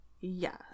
Yes